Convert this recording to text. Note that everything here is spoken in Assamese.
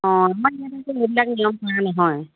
অঁ আমাৰ এইবিলাকে নিয়ম কৰা নহয়